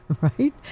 right